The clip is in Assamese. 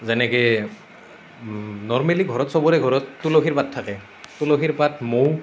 যেনেকৈ নৰমেলি ঘৰত সবৰে ঘৰত তুলসিৰ পাত থাকে তুলসিৰ পাত মৌ